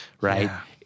right